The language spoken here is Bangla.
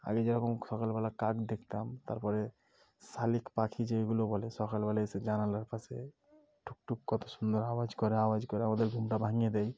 আগে যেরকম সকালবেলা কাক দেখতাম তার পরে শালিক পাখি যেগুলো বলে সকালবেলা এসে জানালার পাশে ঠুকঠুক কত সুন্দর আওয়াজ করে আওয়াজ করে আমাদের ঘুমটা ভাঙিয়ে দেয়